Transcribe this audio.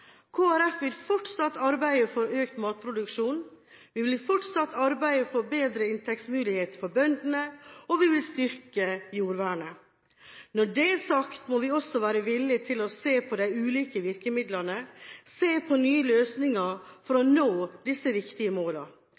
vil fortsatt arbeide for økt matproduksjon, vi vil fortsatt arbeide for bedre inntektsmuligheter for bøndene, og vi vil styrke jordvernet. Når det er sagt må vi også være villige til å se på de ulike virkemidlene, se på nye løsninger for å nå disse viktige